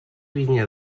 vinya